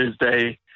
Thursday